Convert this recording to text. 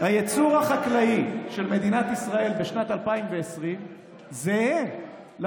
הייצור החקלאי של מדינת ישראל בשנת 2020 זהה בכמויות